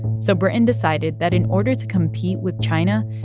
so britain decided that in order to compete with china,